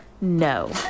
no